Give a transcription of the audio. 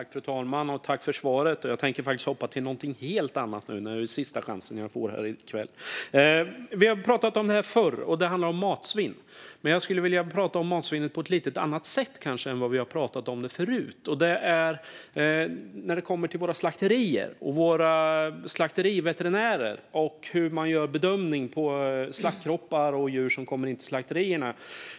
Fru talman! Jag tänker faktiskt hoppa till något helt annat nu när det är sista chansen jag får här i kväll. Det handlar om matsvinn. Vi har pratat om det förut, men jag skulle vilja prata om matsvinn på ett lite annat sätt än förut - om våra slakterier och våra slakteriveterinärer och hur man gör bedömning av slaktkroppar och djur som kommer in till slakterierna.